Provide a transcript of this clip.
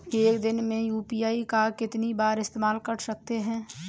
एक दिन में यू.पी.आई का कितनी बार इस्तेमाल कर सकते हैं?